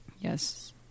Yes